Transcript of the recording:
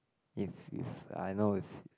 if if I know if